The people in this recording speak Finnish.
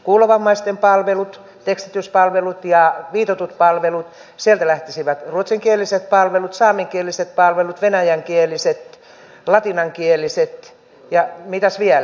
kuulovammaisten palvelut tekstityspalvelut ja viitotut palvelut sieltä lähtisivät ruotsinkieliset palvelut saamenkieliset palvelut venäjänkieliset latinankieliset ja mitäs vielä